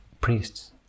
priests